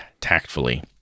tactfully